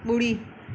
ॿुड़ी